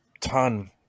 ton